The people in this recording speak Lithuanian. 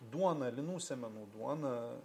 duona linų sėmenų duona